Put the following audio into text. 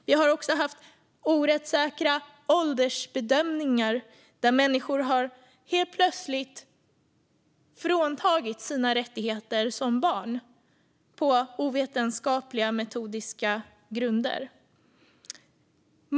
Vi har också haft rättsosäkra åldersbedömningar där människor helt plötsligt har fråntagits sina rättigheter som barn på ovetenskapliga metodiska grunder.